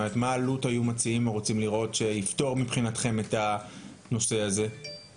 מה אלו"ט היו מציעים או רוצים לראות שיפתור מבחינתכם את הנושא הזה?